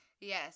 yes